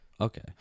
Okay